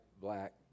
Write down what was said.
black